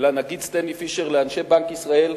לנגיד סטנלי פישר, לאנשי בנק ישראל,